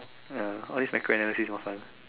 ya all this micro analysis more fun